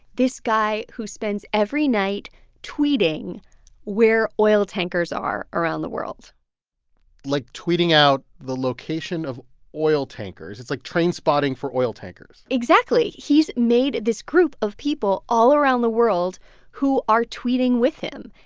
this guy who spends every night tweeting where oil tankers are around the world like, tweeting out the location of oil tankers it's like trainspotting for oil tankers exactly. he's made this group of people all around the world who are tweeting with him,